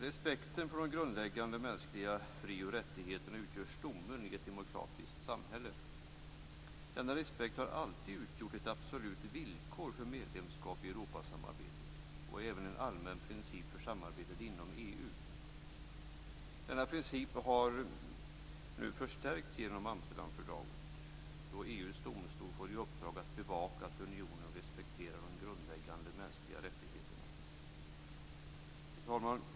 Respekten för de grundläggande mänskliga fri och rättigheterna utgör stommen i ett demokratiskt samhälle. Denna respekt har alltid utgjort ett absolut villkor för medlemskap i Europasamarbetet och även en allmän princip för samarbetet inom EU. Denna princip har nu förstärkts genom Amsterdamfördraget, då EU:s domstol får i uppdrag att bevaka att unionen respekterar de grundläggande mänskliga rättigheterna. Fru talman!